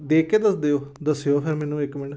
ਦੇਖ ਕੇ ਦੱਸ ਦਿਓ ਦੱਸਿਓ ਫਿਰ ਮੈਨੂੰ ਇੱਕ ਮਿੰਟ